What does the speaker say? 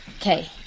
Okay